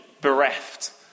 bereft